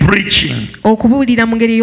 Preaching